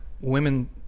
women